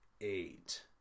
eight